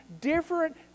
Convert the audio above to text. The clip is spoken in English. different